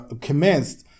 commenced